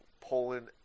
Poland